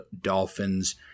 Dolphins